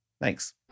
Thanks